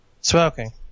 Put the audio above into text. smoking